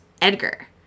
Edgar